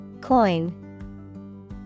Coin